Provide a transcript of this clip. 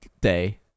day